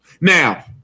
Now